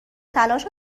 تلاش